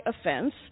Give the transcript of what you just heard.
offense